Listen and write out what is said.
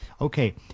Okay